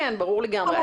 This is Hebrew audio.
ברור לגמרי.